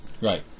Right